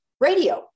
radio